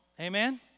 Amen